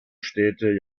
städte